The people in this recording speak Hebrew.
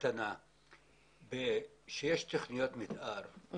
כשיש תוכניות מתאר,